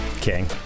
King